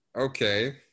okay